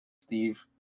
Steve